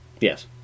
Yes